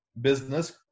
Business